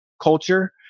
culture